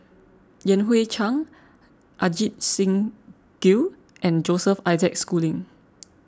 Yan Hui Chang Ajit Singh Gill and Joseph Isaac Schooling